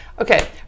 Okay